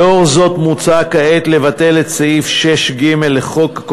לאור זאת מוצע כעת לבטל את סעיף 6ג לחוק,